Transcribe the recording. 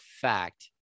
fact